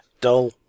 dull